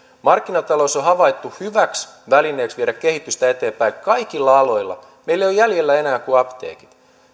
markkinatalous on havaittu hyväksi välineeksi viedä kehitystä eteenpäin kaikilla aloilla meillä eivät ole jäljellä enää kuin apteekit